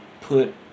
put